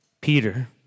Peter